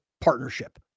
partnership